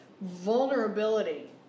vulnerability